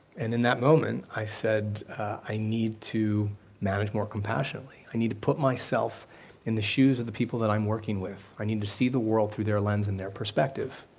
and in that moment i said i need to manage more compassionately, i need to put myself in the shoes of the people that i'm working with. i need to see the world through their lens and their perspective.